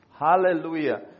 Hallelujah